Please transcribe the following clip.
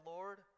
Lord